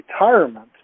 retirement